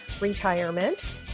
retirement